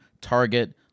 Target